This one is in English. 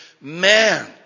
man